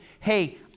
hey